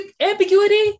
Ambiguity